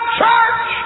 church